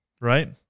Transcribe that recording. Right